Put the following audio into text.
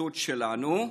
בחסות שלנו,